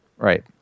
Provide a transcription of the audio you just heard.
Right